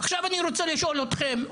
עכשיו אני רוצה לשאול אתכם,